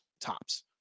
tops